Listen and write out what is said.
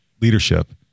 leadership